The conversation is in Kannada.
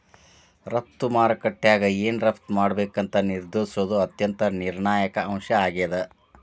ರಫ್ತು ಮಾರುಕಟ್ಯಾಗ ಏನ್ ರಫ್ತ್ ಮಾಡ್ಬೇಕಂತ ನಿರ್ಧರಿಸೋದ್ ಅತ್ಯಂತ ನಿರ್ಣಾಯಕ ಅಂಶ ಆಗೇದ